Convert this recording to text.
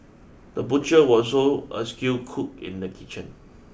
the butcher was also a skilled cook in the kitchen